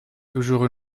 toujours